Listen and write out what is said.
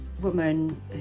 woman